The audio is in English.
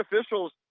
officials